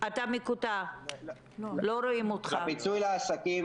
הפיצוי לעסקים